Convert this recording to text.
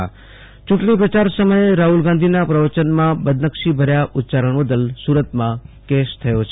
યુંટણી પ્રયાર સમયે રાહુલ ગાંધીના પ્રવચનમાં બદનક્ષીભર્યા ઉચ્યારણ બદલ સુરતમાં કેસ થયેલો છે